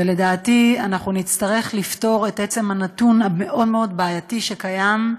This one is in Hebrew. אנחנו נצטרך לפתור את עצם הנתון המאוד-מאוד-בעייתי שקיים,